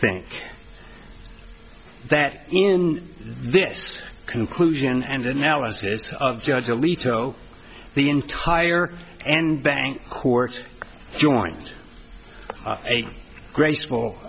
think that in this conclusion and analysis of judge alito the entire and bank court joint a graceful